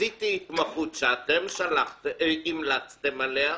עשיתי התמחות שאתם המלצתם עליה,